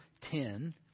ten